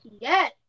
Yes